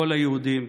כל היהודים,